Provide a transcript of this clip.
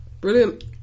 brilliant